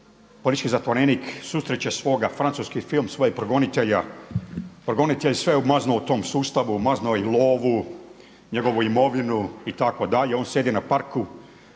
politički zatvorenik susreće svoga, francuski film svojeg progonitelja. Progonitelj je sve maznuo u tom sustavu. Maznuo je i lovu, njegovu imovinu itd. On sjedi na parku